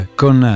con